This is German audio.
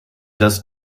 dass